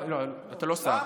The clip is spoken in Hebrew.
למה שנתיים לא עשיתם את זה?